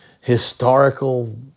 historical